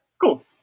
Cool